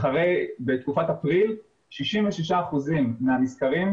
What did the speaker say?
בתקופת אפריל 66% מהנסקרים,